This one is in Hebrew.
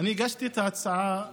אני הגשתי את ההצעה ביום,